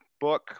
book